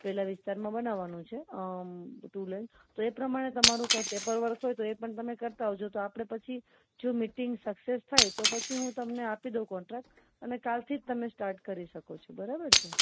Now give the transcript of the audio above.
પેલા વિસ્તારમાં બનાવવાનું છે ટુ લેન તો એ પ્રમાણે તમારું કાંઈ પેપર વર્ક હોય તો એ પણ તમે કરતા આવજો તો આપણે પછી જો મિટિંગ સક્સેસ થાય તો પછી હું તમને આપી દઉં કોન્ટ્રાક્ટ અને કાલથી જ તમે સ્ટાર્ટ કરી શકો છો બરાબર છે